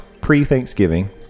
pre-Thanksgiving